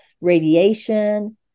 radiation